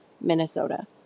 Minnesota